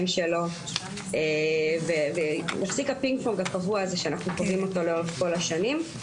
שלו ויפסיק הפינג-פונג הקבוע הזה שאנחנו חווים אותו לאורך כל השנים.